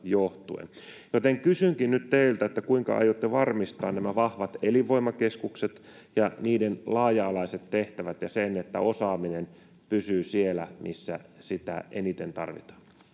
Joten kysynkin nyt teiltä, kuinka aiotte varmistaa nämä vahvat elinvoimakeskukset ja niiden laaja-alaiset tehtävät ja sen, että osaaminen pysyy siellä, missä sitä eniten tarvitaan?